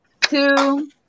two